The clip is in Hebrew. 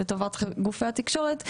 לטובת גופי התקשורת,